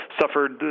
suffered